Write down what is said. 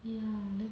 ya then